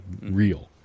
real